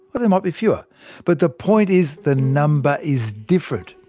or there might be fewer but the point is, the number is different.